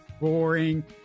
boring